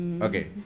Okay